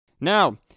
Now